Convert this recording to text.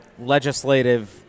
legislative